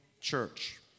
church